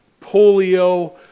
polio